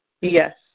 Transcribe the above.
Yes